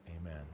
Amen